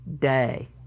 day